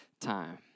time